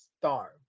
star